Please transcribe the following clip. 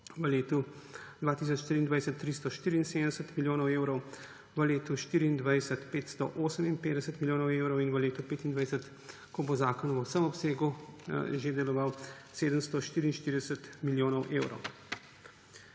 v letu 2023 – 374 milijonov evrov, v letu 2024 – 558 milijonov evrov in v letu 2025, ko bo zakon v vsem obsegu že deloval, 744 milijonov evrov.